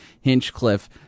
Hinchcliffe